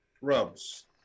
rubs